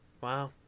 Wow